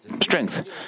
strength